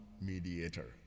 mediator